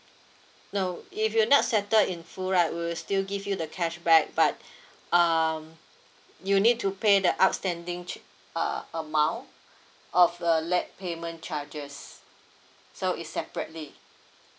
no if you're not settle in full right we'll still give you the cashback but um you need to pay the outstanding che~ uh amount of the late payment charges so it's separately